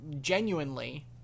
genuinely